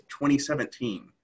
2017